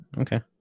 Okay